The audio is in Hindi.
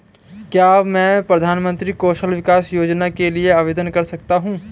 क्या मैं प्रधानमंत्री कौशल विकास योजना के लिए आवेदन कर सकता हूँ?